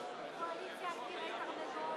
רבותי חברי הכנסת,